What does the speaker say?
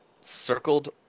circled